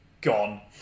gone